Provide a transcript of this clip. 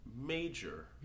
major